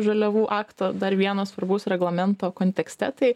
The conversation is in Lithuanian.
žaliavų akto dar vieno svarbaus reglamento kontekste tai